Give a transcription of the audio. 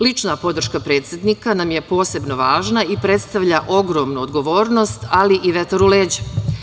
Lična podrška predsednika nam je posebno važna i predstavlja ogromnu odgovornost, ali i vetar u leđa.